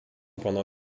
pendant